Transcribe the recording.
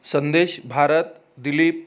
संदेश भारत दिलीप